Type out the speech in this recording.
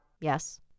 Yes